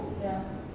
ya